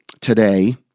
today